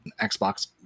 Xbox